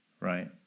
right